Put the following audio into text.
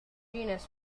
genus